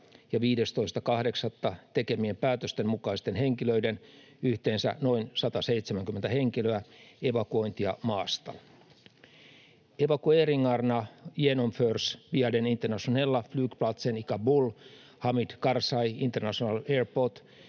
ja 15.8. tekemien päätösten mukaisten henkilöiden — yhteensä noin 170 henkilöä — evakuointia maasta. Evakueringarna genomförs via den internationella flygplatsen i Kabul, Hamid Karzai International Airport.